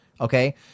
Okay